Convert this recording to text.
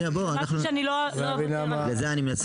חבר מביא